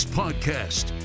podcast